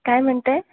काय म्हणत आहे